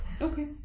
Okay